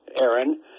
Aaron